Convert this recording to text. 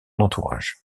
entourage